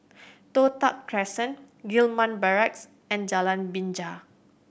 Toh Tuck Crescent Gillman Barracks and Jalan Binja